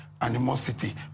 animosity